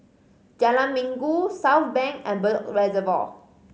Jalan Minggu Southbank and Bedok Reservoir